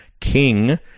king